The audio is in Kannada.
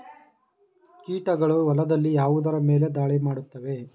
ಕೀಟಗಳು ಹೊಲದಲ್ಲಿ ಯಾವುದರ ಮೇಲೆ ಧಾಳಿ ಮಾಡುತ್ತವೆ?